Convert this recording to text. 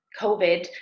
COVID